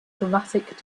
chromatic